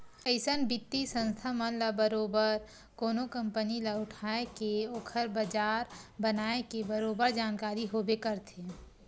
अइसन बित्तीय संस्था मन ल बरोबर कोनो कंपनी ल उठाय के ओखर बजार बनाए के बरोबर जानकारी होबे करथे